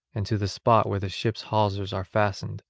and to the spot where the ship's hawsers are fastened,